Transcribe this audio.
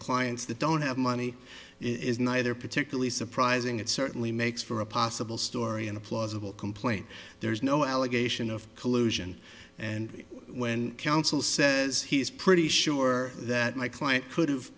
clients that don't have money is neither particularly surprising it certainly makes for a possible story and a plausible complaint there's no allegation of collusion and when counsel says he's pretty sure that my client could